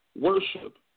worship